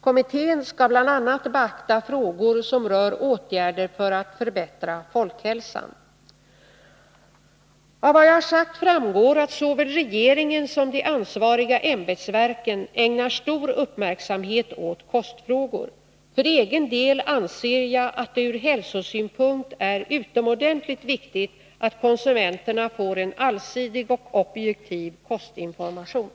Kommittén skall bl.a. beakta frågor som rör åtgärder för att förbättra folkhälsan. Av vad jag har sagt framgår att såväl regeringen som de ansvariga ämbetsverken ägnar stor uppmärksamhet åt kostfrågor. För egen del anser jag att det ur hälsosynpunkt är utomordentligt viktigt att konsumenterna får en allsidig och objektiv kostinformation.